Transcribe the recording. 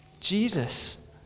Jesus